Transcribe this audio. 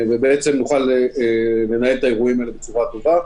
ונוכל לנהל את האירועים האלה בצורה טובה.